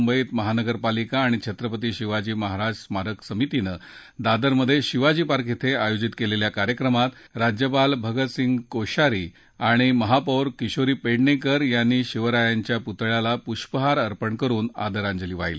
मुंबईत महानगरपालिका आणि छत्रपती शिवाजी महाराज स्मारक समितीनं दादरमधे शिवाजीपार्क शिवाजीपार्क शिवाजीपार्क कोश्यक्रमात राज्यपाल भगतसिंग कोश्यारी आणि महापौर किशोरी पेडणेकर यांनी शिवरायांच्या पुतळ्याला पुष्पहार अर्पण करुन आदरांजली वाहिली